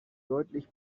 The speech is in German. deutlich